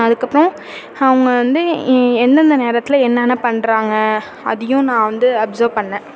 அதுக்கப்புறம் அவங்க வந்து என்னென்ன நேரத்தில் என்னென்ன பண்ணுறாங்க அதையும் நான் வந்து அப்சர்வ் பண்ணேன்